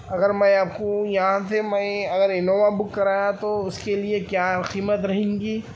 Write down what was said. اگر میں آپ کو یہاں سے میں اگر انووا بک کرایا تو اس کے لیے کیا قیمت رہیں گی